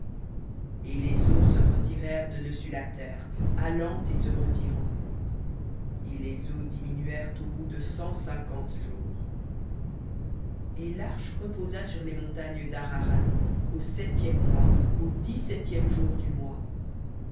et les eaux se retirèrent de dessus la terre allant et se retirant et les eaux diminuèrent au bout de cent cinquante jours et l'arche reposa sur les montagnes d'ararat au septième mois au dix-septième jour du mois